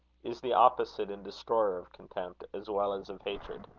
is the opposite and destroyer of contempt as well as of hatred.